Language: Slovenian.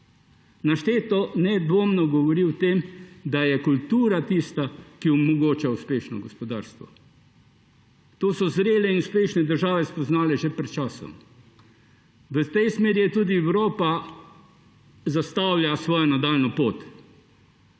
Našteto nedvomno govori o tem, da je kultura tista, ki omogoča uspešno gospodarstvo. To so zrele in uspešne države spoznale že pred časom. V tej smeri tudi Evropa zastavlja svojo nadaljnjo pot.